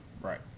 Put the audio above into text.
Right